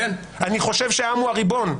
אני חושב שהעם הוא הריבון.